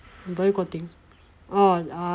boycotting orh uh